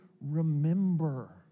remember